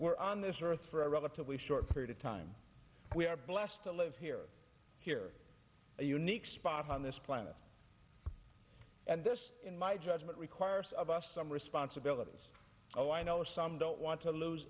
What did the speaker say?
we're on this earth for a relatively short period of time we are blessed to live here here a unique spot on this planet and this in my judgment requires of us some responsibilities so i know some don't want to lose